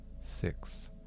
six